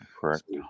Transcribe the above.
Correct